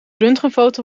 röntgenfoto